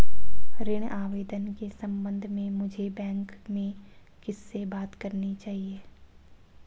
ऋण आवेदन के संबंध में मुझे बैंक में किससे बात करनी चाहिए?